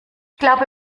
glaube